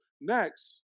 Next